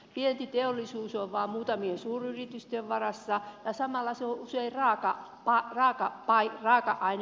vientiteollisuus on vain muutamien suuryritysten varassa ja samalla se on usein raaka ainepainotteista